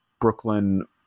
brooklyn